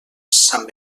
sant